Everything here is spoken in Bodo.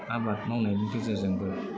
आबाद मावनायनि गेजेरजोंबो